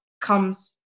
comes